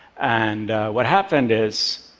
and what happened is.